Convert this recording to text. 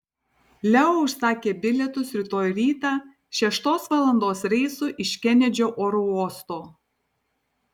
leo užsakė bilietus rytoj rytą šeštos valandos reisu iš kenedžio oro uosto